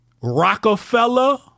Rockefeller